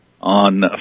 on